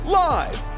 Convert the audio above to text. live